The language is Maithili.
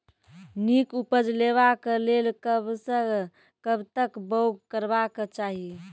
नीक उपज लेवाक लेल कबसअ कब तक बौग करबाक चाही?